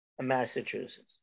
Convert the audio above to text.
Massachusetts